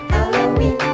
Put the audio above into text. Halloween